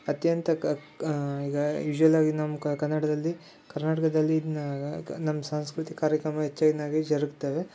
ಅತ್ಯಂತ ಕ ಈಗ ಯೂಶಲ್ಲಾಗಿ ನಮ್ಮ ಕನ್ನಡದಲ್ಲಿ ಕರ್ನಾಟಕದಲ್ಲಿ ಇದನ್ನ ನಮ್ಮ ಸಾಂಸ್ಕೃತಿಕ ಕಾರ್ಯಕ್ರಮ ಹೆಚ್ಚೇನಾಗಿ ಜರುಗ್ತವೆ